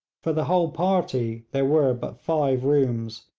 for the whole party there were but five rooms,